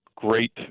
great